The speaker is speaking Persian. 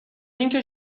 اینکه